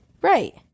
right